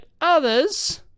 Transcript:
others